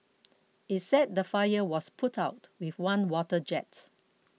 it said the fire was put out with one water jet